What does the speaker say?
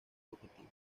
objetivo